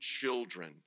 children